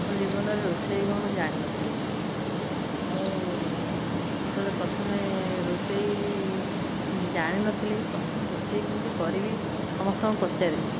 ମୋ ଜୀବନରେ ରୋଷେଇ କଣ ମୁଁ ଜାଣିନଥିଲି ଆଉ ଯେତେବେଳେ ପ୍ରଥମେ ରୋଷେଇ ଜାଣିନଥିଲି ପ୍ରଥମେ ରୋଷେଇ କେମିତି କରିବି ସମସ୍ତଙ୍କୁ ପଚାରିଲି